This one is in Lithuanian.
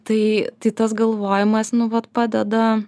tai tai tas galvojimas nu vat padeda